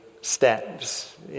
steps